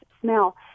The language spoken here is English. smell